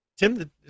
Tim